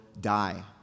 die